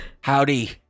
Howdy